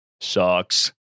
sucks